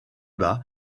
bas